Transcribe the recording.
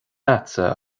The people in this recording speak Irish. agatsa